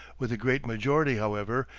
with the great majority, however,